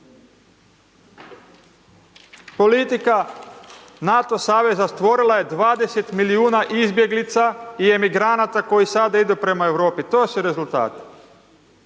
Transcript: Politika NATO saveza stvorila je 20 milijuna izbjeglica i emigranata koji sada idu prema Europi, to su rezultati.